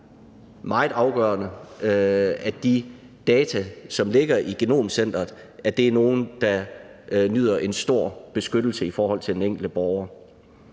meget afgørende, at de data, som ligger i Nationalt Genom Center, er nogle, som nyder en stor beskyttelse i forhold til den enkelte borger.